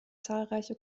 zahlreiche